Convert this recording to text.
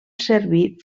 servir